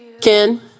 Ken